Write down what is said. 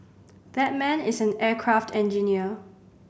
that man is an aircraft engineer